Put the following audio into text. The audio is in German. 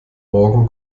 morgen